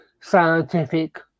scientific